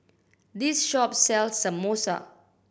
this shop sells Samosa